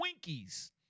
Twinkies